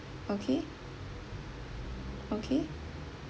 okay okay